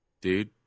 dude